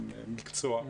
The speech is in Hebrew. עם מקצוע.